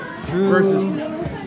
versus